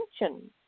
attention